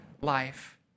life